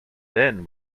then